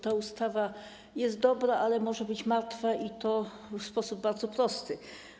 Ta ustawa jest dobra, ale może być martwa, i to w sposób bardzo prosty.